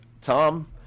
Tom